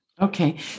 Okay